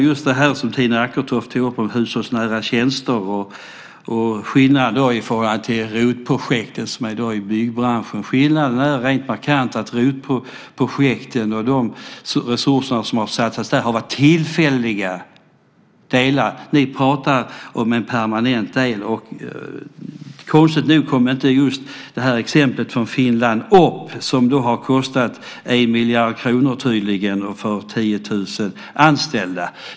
Tina Acketoft tog upp frågan om hushållsnära tjänster och skillnader i förhållande till byggbranschens ROT-projekt. Skillnaden är markant. ROT-projekten och de resurser som satsats där har varit tillfälliga delar. Men ni pratar om en permanent del. Konstigt nog kom inte exemplet från Finland upp. Det har tydligen kostat 1 miljard kronor för 10 000 anställda.